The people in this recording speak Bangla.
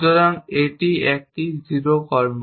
সুতরাং এটি একটি 0 কর্ম